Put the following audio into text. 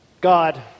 God